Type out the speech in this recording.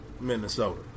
Minnesota